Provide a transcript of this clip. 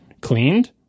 cleaned